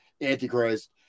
antichrist